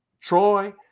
Troy